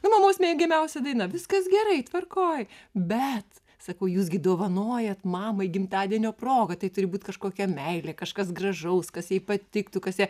na mamos mėgiamiausia daina viskas gerai tvarkoj bet sakau jūs gi dovanojat mamai gimtadienio proga tai turi būt kažkokia meilė kažkas gražaus kas jai patiktų kas ją